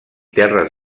terres